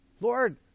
Lord